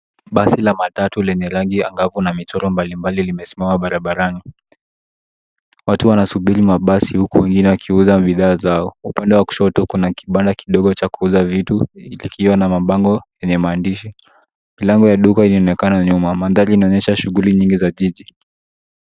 Basi la matatu lenye rangi angavu na michoro mbalimbali limesimama barabarani. Watu wanasubiri mabasi, huku wengine wakiuza bidhaa zao. Upande wa kushoto, kuna kibanda kidogo cha kuuza vitu vikiwa na mabango yenye maandishi. Milango ya duka inaonekana nyuma. Mandhari inaonyesha shughuli nyingi za jiji.